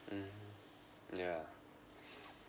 mmhmm yeah